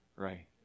Right